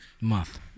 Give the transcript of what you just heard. Month